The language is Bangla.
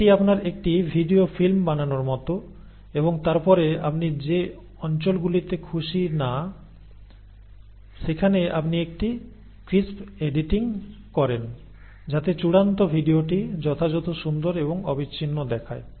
এটি আপনার একটি ভিডিও ফিল্ম বানানোর মতো এবং তারপরে আপনি যে অঞ্চলগুলিতে খুশী না সেখানে আপনি একটি ক্রিসপ এডিটিং করেন যাতে চূড়ান্ত ভিডিওটি যথাযথ সুন্দর এবং অবিচ্ছিন্ন দেখায়